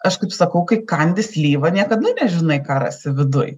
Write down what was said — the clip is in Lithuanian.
aš kaip sakau kai kandi slyvą niekada nežinai ką rasi viduj